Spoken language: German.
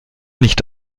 nicht